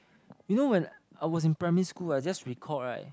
you know when I was in primary school I just recalled [right]